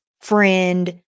friend